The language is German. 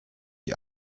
ich